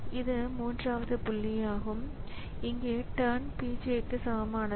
எனவே அந்த வழியில் இது ஒரு ஸிஸ்டம் கால் ஆகும்